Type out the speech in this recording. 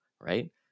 right